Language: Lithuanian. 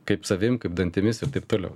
kaip savim kaip dantimis ir taip toliau